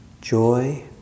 joy